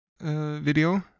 video